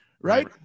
Right